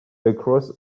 across